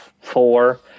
four